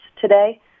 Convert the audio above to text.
today